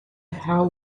have